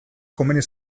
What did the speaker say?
komeni